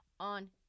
On